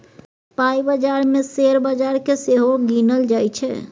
पाइ बजार मे शेयर बजार केँ सेहो गिनल जाइ छै